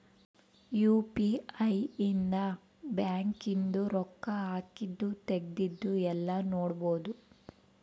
UPI ಇಂದ bank ಇಂದು ರೊಕ್ಕ ಹಾಕಿದ್ದು ತೆಗ್ದಿದ್ದು ಯೆಲ್ಲ ನೋಡ್ಬೊಡು